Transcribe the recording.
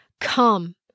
Come